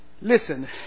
Listen